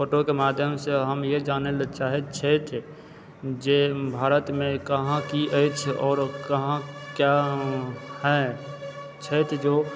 फोटोके माध्यमसँ हम इएहे जानऽ लेल चाहय छथि जे भारतमे कहाँ कि अछि आओर कहाँ क्या है छथि जो